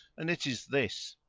and it is this.